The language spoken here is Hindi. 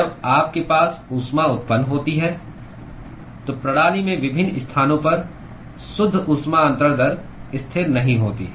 जब आपके पास ऊष्मा उत्पन्न होती है तो प्रणाली में विभिन्न स्थानों पर शुद्ध ऊष्मा अन्तरण दर स्थिर नहीं होती है